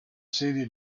serie